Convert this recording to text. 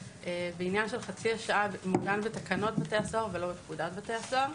בעניין של חצי השעה זה מעוגן בתקנות בתי הסוהר ולא בפקודת בתי הסוהר.